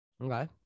Okay